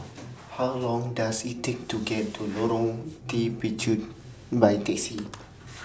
How Long Does IT Take to get to Lorong By Taxi